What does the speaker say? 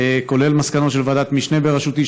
כולל במסקנות של ועדת משנה בראשותי,